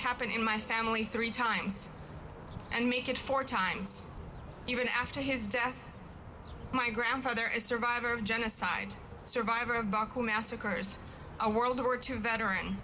happened in my family three times and make it four times even after his death my grandfather is survivor of genocide survivor of massacres a world war two veteran